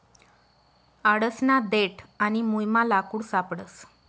आडसना देठ आणि मुयमा लाकूड सापडस